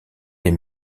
des